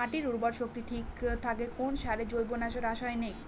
মাটির উর্বর শক্তি ঠিক থাকে কোন সারে জৈব না রাসায়নিক?